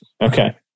Okay